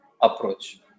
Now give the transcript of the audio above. approach